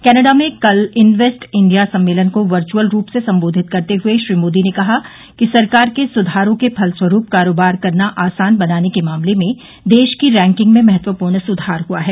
Canada में कल invest India सम्मेलन को वर्चुअल रूप से संबोधित करते हए श्री मोदी ने कहा कि सरकार के सुधारों के फलस्वरूप कारोबार करना आसान बनाने के मामले में देश की रैंकिंग में महत्वपूर्ण सुधार हुआ है